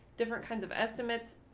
different kinds of estimates.